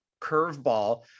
curveball